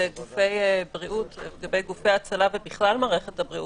גופי הצלה ובכלל מערכת הבריאות,